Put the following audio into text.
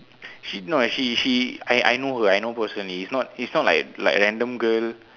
she no ah she she I I know her I know her personally it's not it's not like like random girl